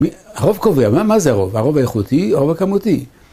הרוב קובע, מה זה הרוב? הרוב האיכותי או הרוב הכמותי?